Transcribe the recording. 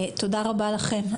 תודה רבה לכם.